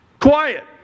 Quiet